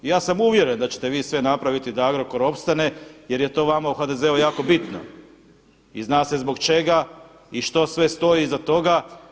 I ja sam uvjeren da ćete vi sve napraviti da Agrokor opstane, jer je to vama u HDZ-u jako bitno i zna se zbog čega i što sve stoji iza toga.